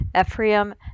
Ephraim